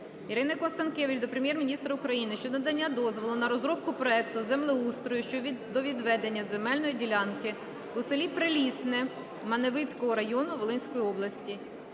Ірини Констанкевич до Прем'єр-міністра України щодо надання дозволу на розробку проекту землеустрою щодо відведення земельної ділянки у селі Прилісне Маневицького району Волинської області.